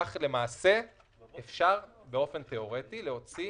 כך למעשה אפשר באופן תאורטי להוציא